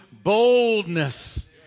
boldness